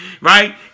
right